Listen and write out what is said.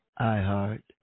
iHeart